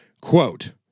quote